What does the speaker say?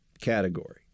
category